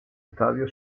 estadio